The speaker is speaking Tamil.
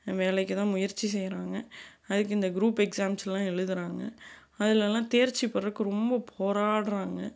வேலைக்கு தான் முயற்சி செய்கிறாங்க அதுக்கு இந்த குரூப் எக்ஸாம்ஸ்லாம் எழுதுகிறாங்க அதலலாம் தேர்ச்சி பெறதுக்கு ரொம்ப போராடுறாங்க